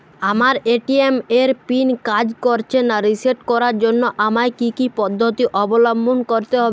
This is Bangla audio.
আমার এ.টি.এম এর পিন কাজ করছে না রিসেট করার জন্য আমায় কী কী পদ্ধতি অবলম্বন করতে হবে?